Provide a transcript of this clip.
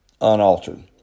unaltered